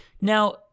now